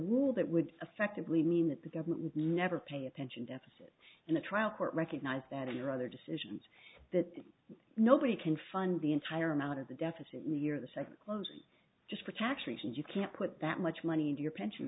rule that would effectively mean that the government would never pay attention deficit in the trial court recognize that in your other decisions that nobody can fund the entire amount of the deficit we're the second closed just for tax reasons you can't put that much money into your pension